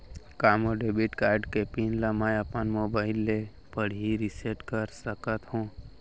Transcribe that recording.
का मोर debit card के पिन ल मैं ह अपन मोबाइल से पड़ही रिसेट कर सकत हो?